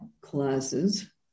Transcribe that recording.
classes